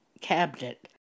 cabinet